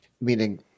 Meaning